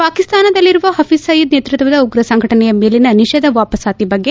ಪಾಕಿಸ್ತಾನದಲ್ಲಿರುವ ಹಫೀಜ್ ಸಯೀದ್ ನೇತೃತ್ವದ ಉಗ್ರ ಸಂಘಟನೆಯ ಮೇಲಿನ ನಿಷೇಧ ವಾಪಸಾತಿ ಬಗ್ಗೆ